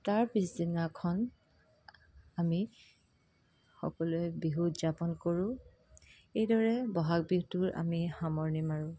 তাৰ পিছদিনাখন আমি সকলোৱে বিহু উদযাপন কৰোঁ এইদৰে বহাগ বিহুটোৰ আমি সামৰণি মাৰোঁ